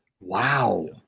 Wow